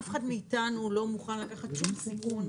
אף אחד מאיתנו לא מוכן לקחת שום סיכון,